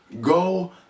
Go